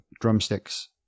drumsticks